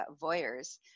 voyeurs